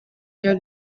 der